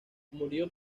murió